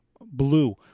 Blue